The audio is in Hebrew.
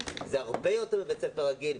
הרבה יותר מבית ספר רגיל.